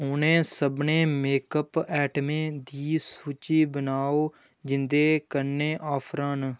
उ'नें सभनें मेकअप ऐटमें दी सूची बनाओ जिं'दे कन्नै आफरां न